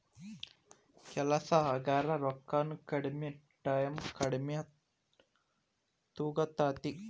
ಕೆಲಸಾ ಹಗರ ರೊಕ್ಕಾನು ಕಡಮಿ ಟಾಯಮು ಕಡಮಿ ತುಗೊತತಿ